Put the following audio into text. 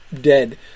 dead